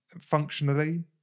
functionally